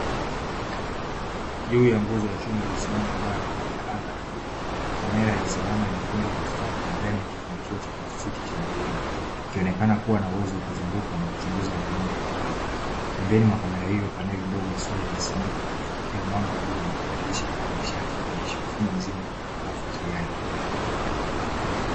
Juu ya nguzo ya chuma iliyosimama imara dhidi ya anga la bluu, kamera ya usalama imefungwa kwa ustadi ndani ya kifunikio cha plastiki cha mviringo, ikionekana kuwa na uwezo wa kuzunguka na kuchunguza maeneo kwa upana. Pembeni mwa kamera hiyo paneli ndogo ya sola imesimikwa, ikipokea mwanga wa jua na kubadilisha kuwa nishati ya kuendesha mfumo mzima wa ufuatiliaji.